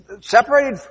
separated